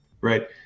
right